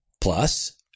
Plus